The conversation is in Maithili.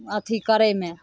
अथी करैमे